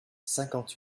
cinquante